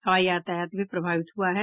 हवाई यातायात भी प्रभावित हुआ है